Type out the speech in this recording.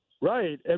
Right